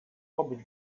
obyć